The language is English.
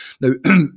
Now